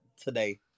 today